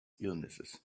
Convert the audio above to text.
illnesses